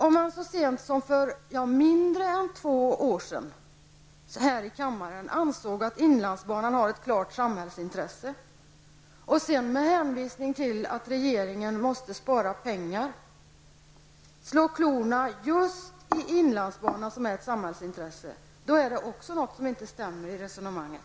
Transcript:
Om man så sent som för mindre än två år sedan här i kammaren ansåg att inlandsbanan har ett klart samhällsintresse och sedan med hänvisning till att regeringen måste spara pengar slår klorna just i inlandsbanan, som är ett samhällsintresse, då är det också något som inte stämmer i resonemanget.